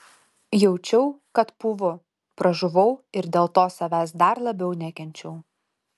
jaučiau kad pūvu pražuvau ir dėl to savęs dar labiau nekenčiau